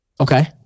Okay